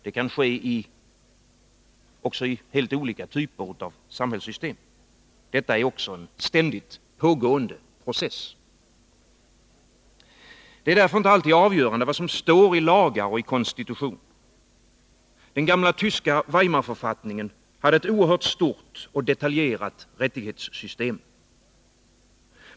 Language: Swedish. Det kan ske också i helt olika typer av samhällssystem. Detta är en ständigt pågående process. Det är därför inte alltid avgörande vad som står i lagar och konstitutioner. Den gamla tyska Weimarförfattningen hade ett oerhört stort och detaljerat rättighetssystem.